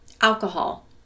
alcohol